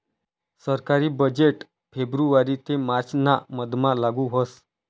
सरकारी बजेट फेब्रुवारी ते मार्च ना मधमा लागू व्हस